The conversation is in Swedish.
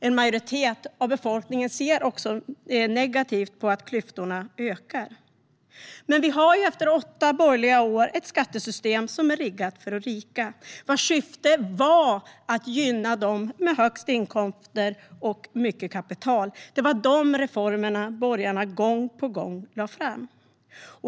En majoritet av befolkningen ser negativt på att klyftorna ökar. Men efter åtta borgerliga år har vi ett skattesystem som är riggat för de rika och vars syfte var att gynna dem med högst inkomster och mycket kapital. Det var de reformerna borgarna gång på gång lade fram.